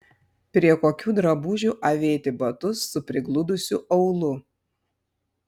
prie kokių drabužių avėti batus su prigludusiu aulu